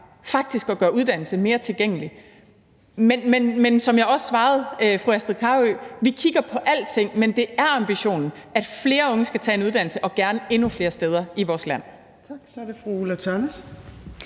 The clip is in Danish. faktisk er at gøre uddannelse mere tilgængeligt. Men som jeg også svarede fru Astrid Carøe, kigger vi på alting, men det er ambitionen, at flere unge skal tage en uddannelse og gerne endnu flere steder i vores land.